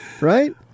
right